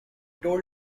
told